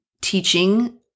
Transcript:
teaching